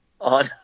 on